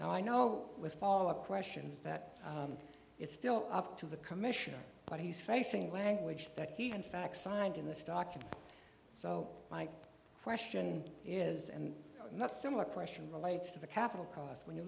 now i know with follow up questions that it's still up to the commissioner but he's facing language that he in fact signed in this document so my question is and enough similar question relates to the capital cost when you